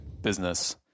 business